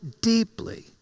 deeply